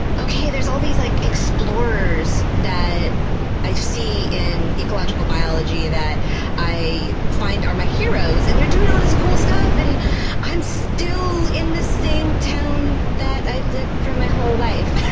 okay, there's all these like explorers that i see in ecological biology that i find are my heroes. and they're doing all this cool stuff and i'm still in the same town that i've lived for my whole life.